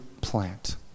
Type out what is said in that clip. plant